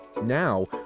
Now